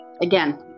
again